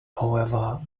however